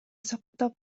сактап